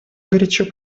горячо